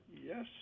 yes